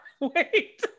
Wait